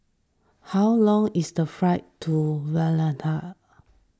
how long is the flight to Valletta